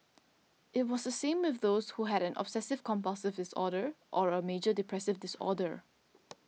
it was the same with those who had an obsessive compulsive disorder or a major depressive disorder